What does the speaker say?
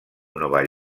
nova